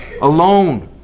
alone